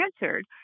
answered